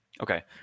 Okay